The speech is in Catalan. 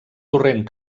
torrent